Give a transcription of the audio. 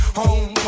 home